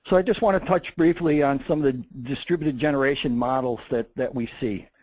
so just wanna touch briefly on some of the distributed generation models that that we see.